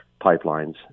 pipelines